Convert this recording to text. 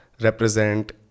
represent